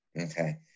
Okay